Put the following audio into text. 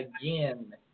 again